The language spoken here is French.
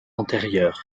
antérieurs